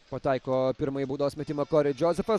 pataiko pirmąjį baudos metimą kori džozefas